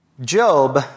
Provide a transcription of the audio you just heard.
Job